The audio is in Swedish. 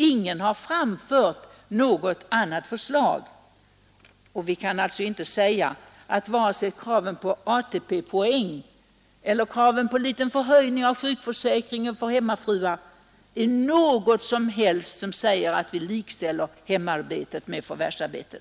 Ingen har framfört något annat förslag, och vi kan alltså inte säga att vare sig kraven på ATP-poäng eller kraven på en liten förhöjning av sjukförsäkringen för hemmafruar utgör någonting som säger att vi likställer hemarbete med förvärvsarbete.